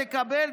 תקבל,